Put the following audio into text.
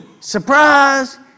Surprise